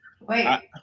Wait